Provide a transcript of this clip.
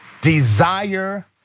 Desire